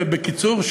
בקיצור,